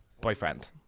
boyfriend